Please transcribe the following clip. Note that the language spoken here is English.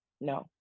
No